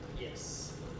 Yes